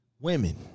women